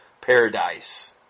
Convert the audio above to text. paradise